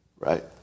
Right